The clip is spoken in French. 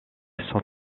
sans